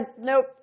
nope